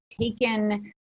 taken